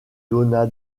donna